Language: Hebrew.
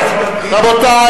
רבותי,